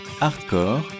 hardcore